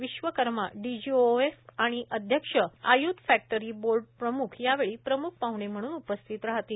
Vishwakarma DGOF आणि अध्यक्ष आय्ध फॅक्टरी बोर्ड प्रम्ख या वेळी प्रम्ख पाहणे म्हणून उपस्थित राहतील